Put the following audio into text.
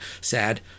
sad